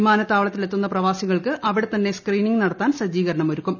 വിമാനത്താവളത്തിലെത്തുന്ന പ്രവാസികൾക്ക് അവിടത്തന്നെ സ്ക്രീനിംഗ് നടത്താൻ സജ്ജീകരണം ഒരുക്കും